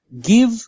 Give